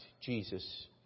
Jesus